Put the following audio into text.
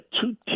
two